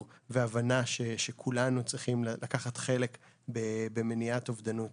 והבנה שכולנו צריכים לקחת חלק במניעת אובדנות